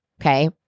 okay